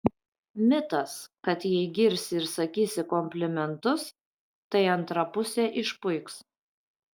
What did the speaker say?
mitas kad jei girsi ar sakysi komplimentus tai antra pusė išpuiks